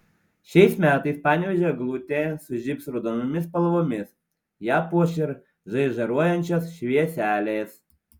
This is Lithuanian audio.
šiais metais panevėžio eglutė sužibs raudonomis spalvomis ją puoš ir žaižaruojančios švieselės